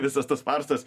visas tas farsas